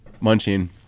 munching